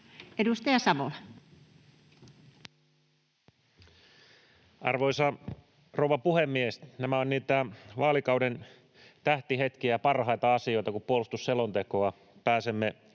Content: Arvoisa rouva puhemies! Nämä ovat niitä vaalikauden tähtihetkiä, parhaita asioita, kun puolustusselontekoa pääsemme